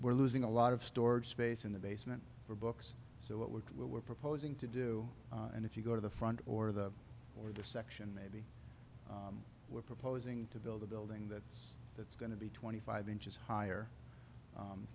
we're losing a lot of storage space in the basement for books so what we're what we're proposing to do and if you go to the front or the or the section maybe we're proposing to build a building that's that's going to be twenty five inches higher